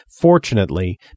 Fortunately